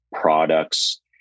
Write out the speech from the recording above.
products